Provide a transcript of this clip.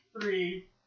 three